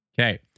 Okay